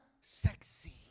sexy